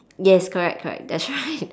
yes correct correct that's right